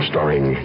Starring